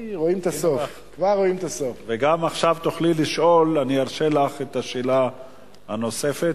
אני ארשה לך לשאול כבר עכשיו את השאלה הנוספת.